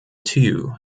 too